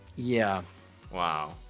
yeah wow